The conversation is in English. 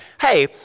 hey